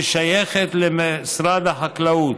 ששייכת למשרד החקלאות.